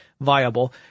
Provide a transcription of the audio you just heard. viable